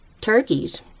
turkeys